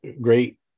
great